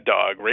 Dog